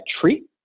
treat